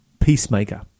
peacemaker